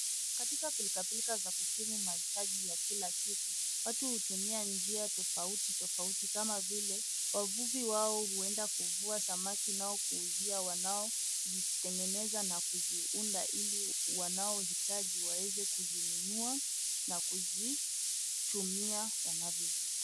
Katika pilikapilika za kukimu mahitaji ya kila siku, watu hutumia njia tofauti tofauti kama vile wavuvi wao huenda kuvua samaki nao kuuzia wanaozitengeneza na kuziunda ili wanaohitaji waweze kuzinunua na kuzitumia wanavyotaka.